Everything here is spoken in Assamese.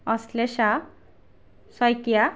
অশ্লেষা শইকীয়া